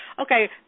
Okay